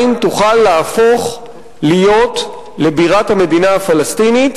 תוכל להפוך להיות לבירת המדינה הפלסטינית,